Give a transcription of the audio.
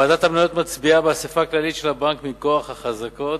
ועדת המניות מצביעה באספה הכללית של הבנק מכוח אחזקות